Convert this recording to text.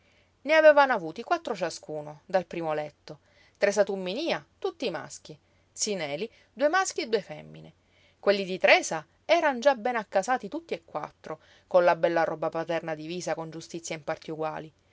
ne avevano avuti quattro ciascuno dal primo letto tresa tumminía tutti maschi zi neli due maschi e due femmine quelli di tresa eran già bene accasati tutti e quattro con la bella roba paterna divisa con giustizia in parti uguali